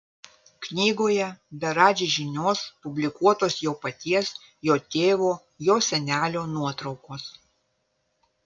knygoje be radži žinios publikuotos jo paties jo tėvo jo senelio nuotraukos